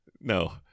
No